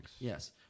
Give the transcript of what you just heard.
Yes